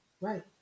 Right